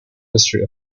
history